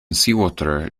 seawater